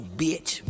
bitch